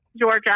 Georgia